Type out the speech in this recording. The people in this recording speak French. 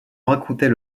racontait